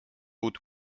uut